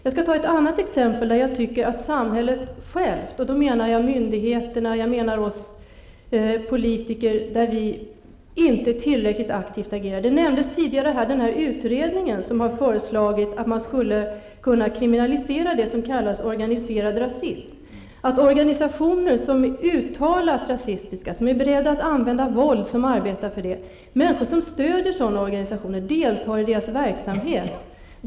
Jag skall nämna ett annat exempel där jag tycker att samhället självt -- då menar jag myndigheter och oss politiker -- inte tillräckligt aktivt agerar. Det nämndes tidigare att en utredning har föreslagit att man skulle kunna kriminalisera det som kallas organiserad rasism: organisationer som är uttalat rasistiska, som är beredda att använda våld och arbetar för det, människor som stöder sådana organisationer och deltar i deras verksamhet.